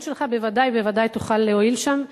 שלך בוודאי ובוודאי תוכל להועיל שם,